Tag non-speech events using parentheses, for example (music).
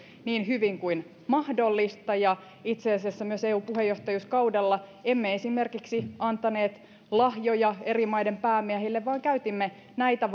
niin hyvin kuin mahdollista itse asiassa eu puheenjohtajuuskaudella emme esimerkiksi antaneet lahjoja eri maiden päämiehille vaan käytimme näitä (unintelligible)